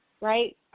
right